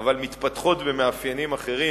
אבל מתפתחות במאפיינים אחרים,